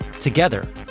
Together